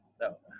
No